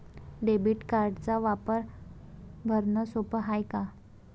Debit कार्डचा वापर भरनं सोप हाय का?